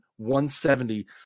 170